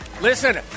Listen